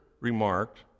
remarked